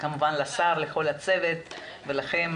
(תיקון),